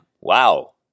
Wow